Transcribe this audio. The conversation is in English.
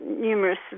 numerous